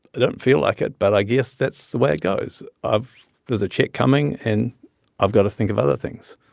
i don't feel like it, but i guess that's the way it goes. there's a check coming, and i've got to think of other things.